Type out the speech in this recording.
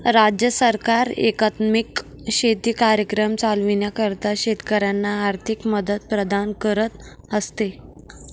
राज्य सरकार एकात्मिक शेती कार्यक्रम चालविण्याकरिता शेतकऱ्यांना आर्थिक मदत प्रदान करत असते